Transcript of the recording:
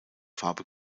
farbe